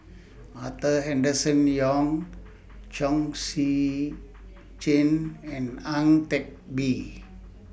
Arthur Henderson Young Chong Tze Chien and Ang Teck Bee